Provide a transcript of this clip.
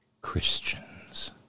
Christians